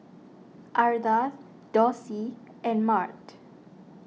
Ardath Dossie and Mart